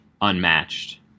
unmatched